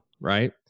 right